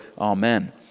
amen